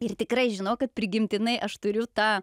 ir tikrai žinau kad prigimtinai aš turiu tą